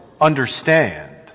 understand